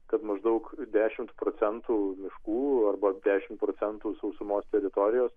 kad maždaug dešimt procentų miškų arba dešimt procentų sausumos teritorijos